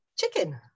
Chicken